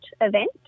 event